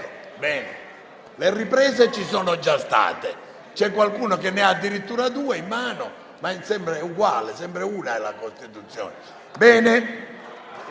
Le riprese ci sono già state. C'è qualcuno che ne ha addirittura due in mano, ma sempre una è la Costituzione.